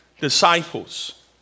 disciples